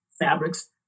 fabrics